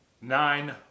Nine